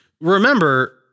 Remember